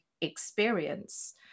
experience